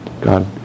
God